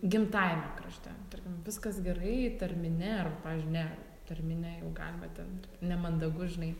gimtajame krašte tarkim viskas gerai tarmine arba pavyzdžiui ne tarmine jau galima ten nemandagu žinai